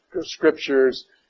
scriptures